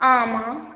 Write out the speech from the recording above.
ஆ ஆமாம்